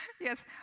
Yes